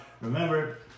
Remember